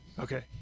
Okay